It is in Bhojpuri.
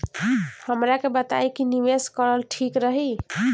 हमरा के बताई की निवेश करल ठीक रही?